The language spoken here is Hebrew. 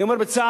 אני אומר בצער,